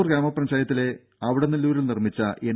കോട്ടൂർ ഗ്രാമപഞ്ചായത്തിലെ അവിടനല്ലൂരിൽ നിർമ്മിച്ച എൻ